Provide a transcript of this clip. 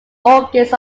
origins